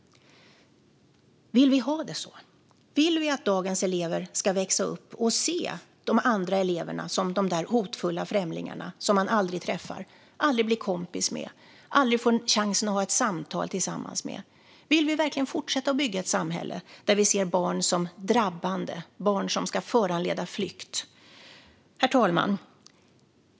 Vill vi ha det så? Vill vi att dagens elever ska växa upp och se de andra eleverna som de hotfulla främlingarna som man aldrig träffar, aldrig blir kompis med, aldrig får chansen att föra ett samtal med? Vill vi verkligen fortsätta att bygga ett samhälle där vi ser barn som drabbande eller som ska föranleda flykt? Herr talman!